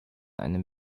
einem